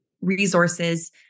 resources